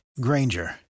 granger